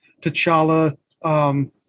T'Challa